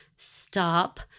stop